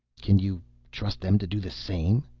can you trust them to do the same?